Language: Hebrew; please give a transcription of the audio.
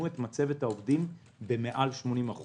את מצבת העובדים הוא למעלה מ-80%.